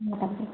madam